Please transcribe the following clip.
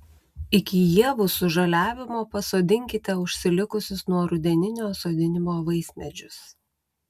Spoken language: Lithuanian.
iki ievų sužaliavimo pasodinkite užsilikusius nuo rudeninio sodinimo vaismedžius